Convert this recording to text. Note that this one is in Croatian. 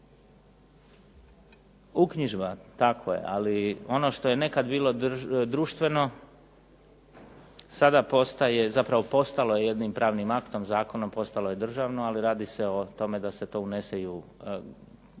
Uknjižba, tako je, ali ono što je nekad bilo društveno sada postaje, zapravo je jednim pravnim aktom, zakonom postalo je državno, ali radi se o tome da se to unese i u